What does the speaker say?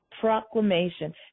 Proclamation